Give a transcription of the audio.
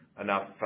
enough